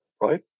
right